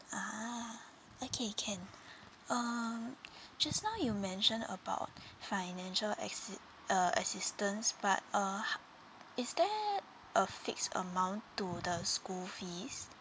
ah okay can um just now you mentioned about financial assit~ uh assistance but uh ho~ is there a fixed amount to the school fees